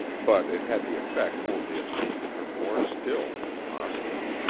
but it had the effect only of making her more still, if possible.